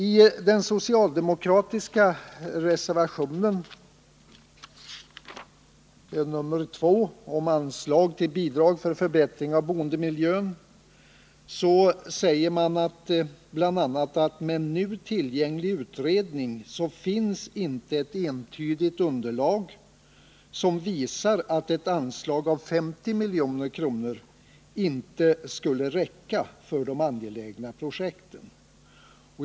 I den socialdemokratiska reservationen nr 2 om anslag till bidrag för förbättringar av boendemiljön säger man bl.a. att med nu tillgänglig utredning finns inte ett entydigt underlag som visar att ett anslag på 50 milj.kr. inte skulle räcka för de angelägna projekten.